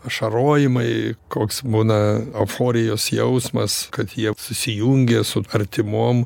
ašarojimai koks būna euforijos jausmas kad jie susijungia su artimom